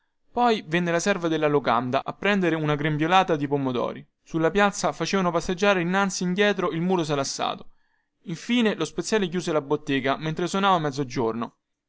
poi venne la serva della locanda a prendere una grembialata di pomodori sulla piazza facevano passeggiare innanzi e indietro il mulo salassato infine lo speziale chiuse la bottega mentre sonava mezzogiorno